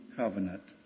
covenant